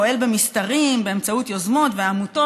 פועל במסתרים באמצעות יוזמות ועמותות